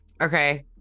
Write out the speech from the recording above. Okay